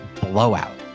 blowout